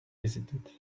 visited